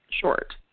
Short